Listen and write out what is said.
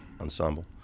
ensemble